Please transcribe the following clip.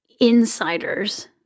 insiders